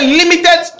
limited